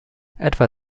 etwa